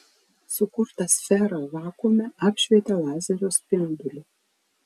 sukurtą sferą vakuume apšvietė lazerio spinduliu